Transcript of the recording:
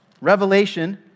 Revelation